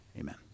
amen